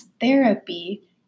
therapy